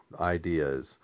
ideas